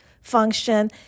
function